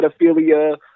pedophilia